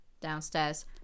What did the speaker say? downstairs